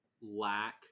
lack